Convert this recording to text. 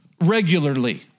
regularly